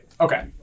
Okay